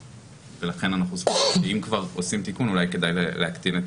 ולכן אם כבר עושים תיקון אולי כדאי להקטין,